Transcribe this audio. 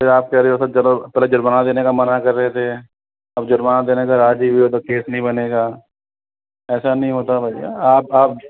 फिर आप कह रहे हो पहले जुर्माना देने को मना कर रहे थे अब जुर्माना देने को राजी हुए हो तो केस नहीं बनेगा ऐसा नहीं होता भइया आप आप